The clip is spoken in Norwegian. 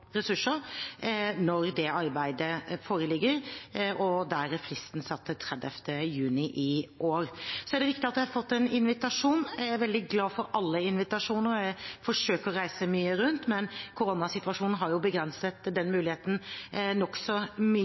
ressurser når det arbeidet foreligger, og der er fristen satt til 30. juni. Det er riktig at jeg har fått en invitasjon. Jeg er veldig glad for alle invitasjoner, og jeg forsøker å reise mye rundt, men koronasituasjonen har jo begrenset den muligheten nokså mye.